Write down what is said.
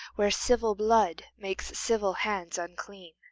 where civil blood makes civil hands unclean.